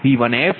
4697j0